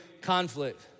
conflict